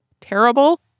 terrible